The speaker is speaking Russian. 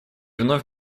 вновь